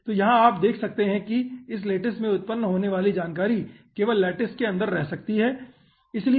तो यहाँ आप देख सकते हैं कि इस लैटिस में उत्पन्न होने वाली जानकारी केवल लैटिस के अंदर रह सकती है इसलिए यह पहली संभावना है